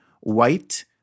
white